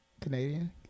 Canadian